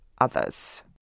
others